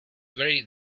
very